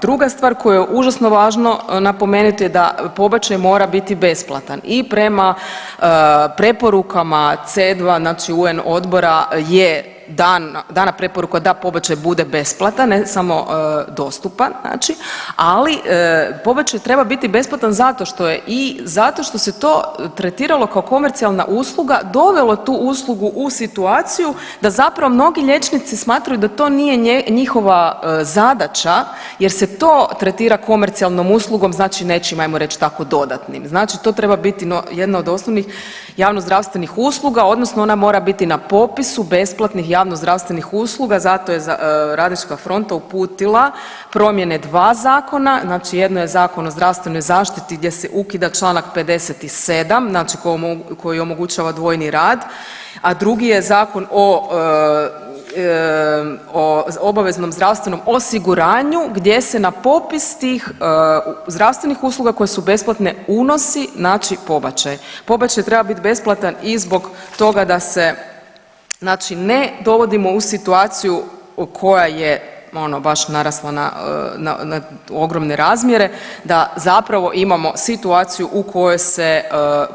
Druga stvar koju je užasno važno napomenuti je da pobačaj mora biti besplatan i prema preporukama C2 znači UN odbora je dana preporuka da pobačaj bude besplatan ne samo dostupan znači, ali pobačaj treba biti besplatan zato što je i zato što se to tretiralo kao komercijalna usluga, dovelo tu uslugu u situaciju da zapravo mnogi liječnici smatraju da to nije njihova zadaća jer se to tretira komercijalnom uslugom, znači nečim ajmo reć tako dodatnim, znači to treba biti jedna od osnovnih javnozdravstvenih usluga odnosno ona mora biti na popisu besplatnih javnozdravstvenih usluga zato je Radnička fronta uputila promjene dva zakona, znači jedno je Zakon o zdravstvenoj zaštiti gdje se ukida čl. 57., znači koji omogućava dvojni rad, a drugi je Zakon o obaveznom zdravstvenom osiguranju gdje se na popis tih zdravstvenih usluga koje su besplatne unosi znači pobačaj, pobačaj treba bit besplatan i zbog toga da se znači ne dovodimo u situaciju koja je ono baš narasla na, na ogromne razmjere da zapravo imamo situaciju u kojoj se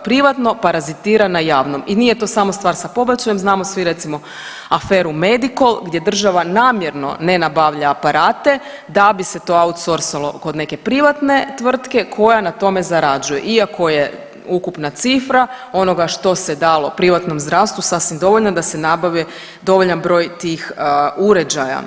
privatno parazitira na javnom i nije to samo stvar sa pobačajem, znamo svi recimo aferu Medikol gdje država namjerno ne nabavlja aparate da bi se to outsorsalo kod neke privatne tvrtke koja na tome zarađuje iako je ukupna cifra onoga što se dalo privatnom zdravstvu sasvim dovoljna da se nabavi dovoljan broj tih uređaja.